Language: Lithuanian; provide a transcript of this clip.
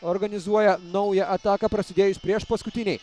organizuoja naują ataką prasidėjus priešpaskutinei